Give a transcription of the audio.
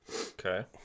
Okay